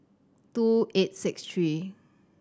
two eight six three